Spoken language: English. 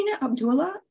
Abdullah